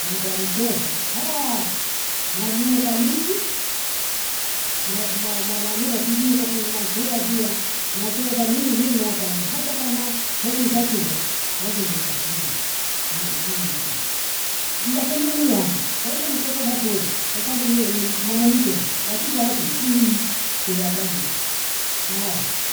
mambo ya michezo naguka mimi, na kijiko ku nantuwazia, nacheza mimi na kwanza hata kama kekuita shule lazima nibasigwe, mwaimu ambia mbasane lilian kwaiji nipoza shule kwa sabu uyo ni mwana mi michezo lakini kwa akii kihada nne, haya